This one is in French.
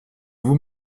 vous